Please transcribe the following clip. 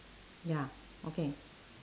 ya okay